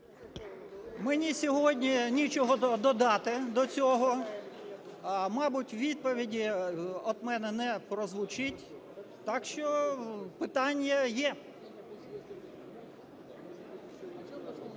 Мені сьогодні нічого додати до цього. Мабуть, відповіді від мене не прозвучить. Так що питання є.